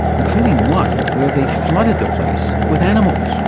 including one where they flooded the place with animals.